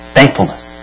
Thankfulness